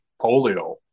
polio